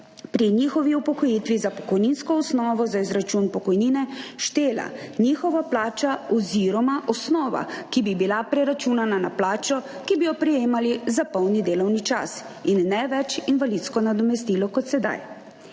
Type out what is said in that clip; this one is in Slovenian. pri njihovi upokojitvi za pokojninsko osnovo za izračun pokojnine štela njihova plača oziroma osnova, ki bi bila preračunana na plačo, ki bi jo prejemali za polni delovni čas, in ne več invalidsko nadomestilo kot sedaj.